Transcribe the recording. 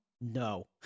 No